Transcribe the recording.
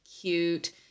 cute